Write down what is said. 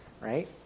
right